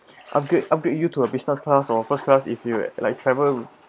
upgrade upgrade you to a business class or first class if you like travel